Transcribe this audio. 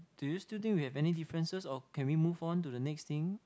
do you still think we have any differences or can we move on to the next thing